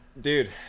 Dude